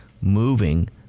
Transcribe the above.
moving